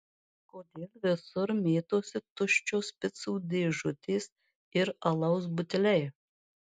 kodėl visur mėtosi tuščios picų dėžutės ir alaus buteliai